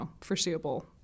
foreseeable